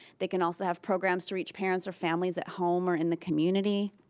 they can also have programs to reach parents or families at home or in the community.